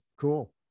cool